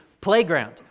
playground